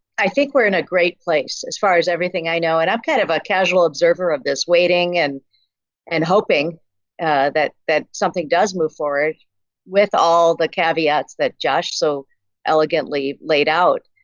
i think we're in a great place as far as everything i know. and i'm kind of a casual observer of this waiting and and hoping that that something does move forward with all the caveats that josh so elegantly laid out.